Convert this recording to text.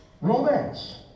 romance